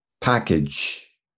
package